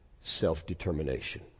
self-determination